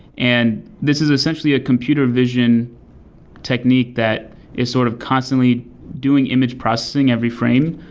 and this is essentially a computer vision technique that is sort of constantly doing image processing every frame,